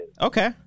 Okay